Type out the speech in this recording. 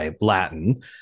Latin